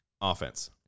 offense